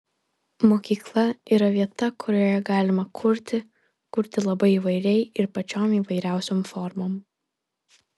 mokykla yra vieta kurioje galima kurti kurti labai įvairiai ir pačiom įvairiausiom formom